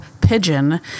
pigeon